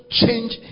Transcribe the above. change